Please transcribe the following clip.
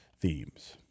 themes